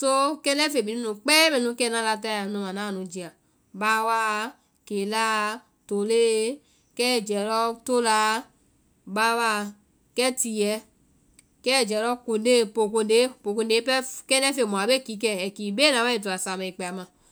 Soo kɛndɛ́ feŋ bee nu nu kpɛɛ mɛ nu na la taɛ anu ma naã nu jia, báwaa, keláa, toloe, kɛ ai jɛɛ lɔ toláa. báwaa. kɛ tiɛɛ, kɛ ai jɛɛ lɔ kondee, pookonde, pookonde pɛɛ kɛndɛ́ feŋ mu a bee kikɛ, ai to bee na wa samaĩ kpɛ a ma.